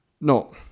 No